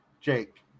Jake